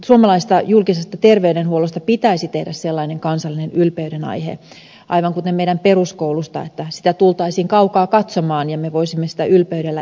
suomalaisesta julkisesta terveydenhuollosta pitäisi tehdä sellainen kansallinen ylpeydenaihe aivan kuten meidän peruskoulustamme että sitä tultaisiin kaukaa katsomaan ja me voisimme sitä ylpeydellä esitellä